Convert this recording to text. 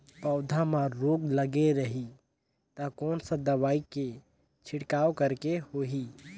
पौध मां रोग लगे रही ता कोन सा दवाई के छिड़काव करेके होही?